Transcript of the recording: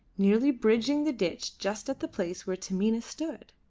nearly bridging the ditch just at the place where taminah stood.